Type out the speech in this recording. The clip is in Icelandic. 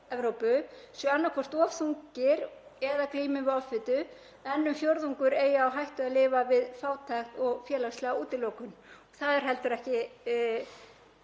sé annaðhvort of þungur eða glími við offitu en um fjórðungur eigi á hættu að lifa við fátækt og félagslega útilokun. Það er heldur ekki